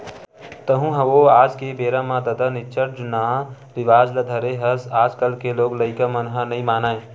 तँहू ह ओ आज के बेरा म ददा निच्चट जुन्नाहा रिवाज ल धरे हस आजकल के लोग लइका मन ह नइ मानय